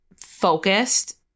focused